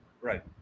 right